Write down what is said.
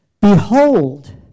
Behold